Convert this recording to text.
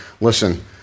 Listen